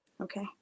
Okay